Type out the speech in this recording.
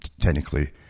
technically